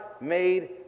made